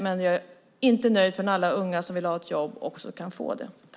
Men jag är inte nöjd förrän alla unga som vill ha ett jobb också kan få det.